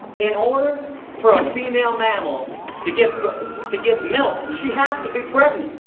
in order for a female mammal to give but to give milk, she has to be pregnant.